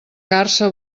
garsa